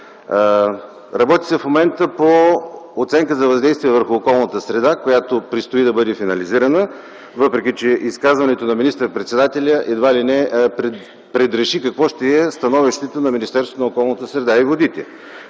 момента се работи по оценка за въздействие върху околната среда, която предстои да бъде финализирана, въпреки че изказването на министър-председателя едва ли не предреши какво ще е становището на Министерството